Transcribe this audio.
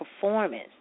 performance